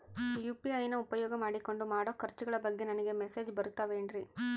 UPI ನ ಉಪಯೋಗ ಮಾಡಿಕೊಂಡು ಮಾಡೋ ಖರ್ಚುಗಳ ಬಗ್ಗೆ ನನಗೆ ಮೆಸೇಜ್ ಬರುತ್ತಾವೇನ್ರಿ?